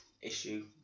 issue